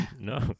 No